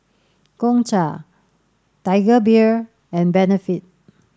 Gongcha Tiger Beer and Benefit